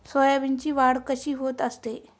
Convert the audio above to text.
सोयाबीनची वाढ कशी होत असते?